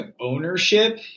ownership